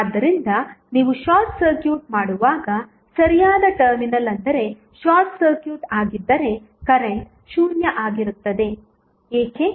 ಆದ್ದರಿಂದ ನೀವು short circuit ಮಾಡುವಾಗ ಸರಿಯಾದ ಟರ್ಮಿನಲ್ ಅಂದರೆ ಶಾರ್ಟ್ ಸರ್ಕ್ಯೂಟ್ ಆಗಿದ್ದರೆ ಕರೆಂಟ್ 0 ಆಗಿರುತ್ತದೆ ಏಕೆ